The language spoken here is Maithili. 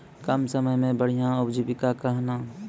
कम समय मे बढ़िया उपजीविका कहना?